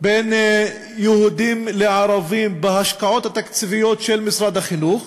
בין יהודים לערבים בהשקעות התקציביות של משרד החינוך,